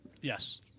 Yes